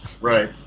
right